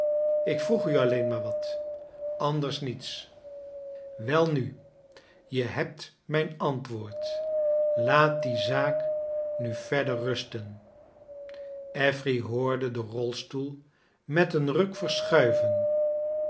ik vroeg u alleen maar wat anders niets welnu je hebt mijn ant woord laat die zaak nu verder raster affery hoorde den rolstoel met een ruk verschuiven